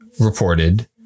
reported